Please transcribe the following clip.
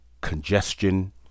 Congestion